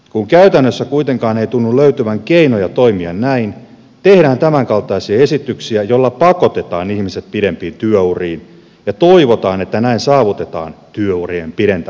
kun käytännössä kuitenkaan ei tunnu löytyvän keinoja toimia näin tehdään tämänkaltaisia esityksiä joilla pakotetaan ihmiset pidempiin työuriin ja toivotaan että näin saavutetaan työurien pidentämistä